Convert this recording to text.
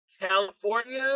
California